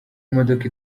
imodoka